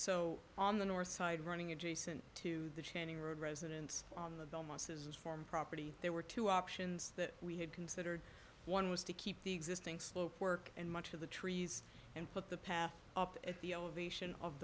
so on the north side running adjacent to the channing road residence on the almost his farm property there were two options that we had considered one was to keep the existing slope work and much of the trees and put the path up at the elevation of